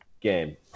game